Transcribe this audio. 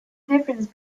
difference